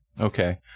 Okay